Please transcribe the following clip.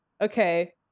Okay